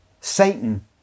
Satan